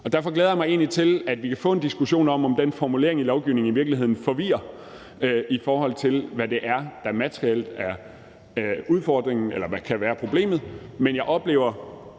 Derfor glæder jeg mig egentlig til, at vi kan få en diskussion om, om den formulering i lovgivningen i virkeligheden forvirrer, i forhold til hvad der materielt er udfordringen, eller hvad der kan være problemet,